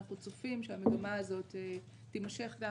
אנחנו צופים שהמגמה הזאת תימשך גם